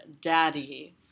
daddy